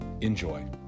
Enjoy